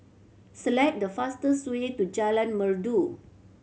select the fastest way to Jalan Merdu